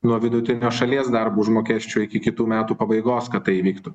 nuo vidutinio šalies darbo užmokesčio iki kitų metų pabaigos kad tai įvyktų